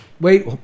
Wait